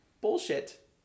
bullshit